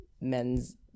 men's